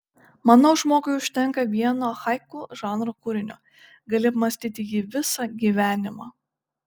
manau žmogui užtenka vieno haiku žanro kūrinio gali apmąstyti jį visą gyvenimą